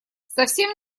совсем